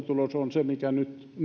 se mikä nyt